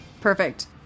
Perfect